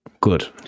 Good